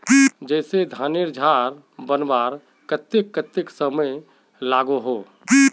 जैसे धानेर झार बनवार केते कतेक समय लागोहो होबे?